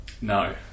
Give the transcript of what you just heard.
No